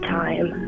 time